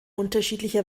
unterschiedliche